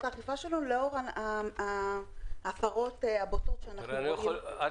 האכיפה שלנו לאור ההפרות הבוטות שאנחנו --- אטלן,